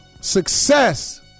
Success